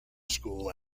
school